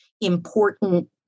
important